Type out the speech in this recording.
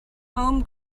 home